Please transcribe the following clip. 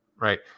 right